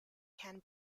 can